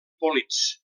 polits